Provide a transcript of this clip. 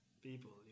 people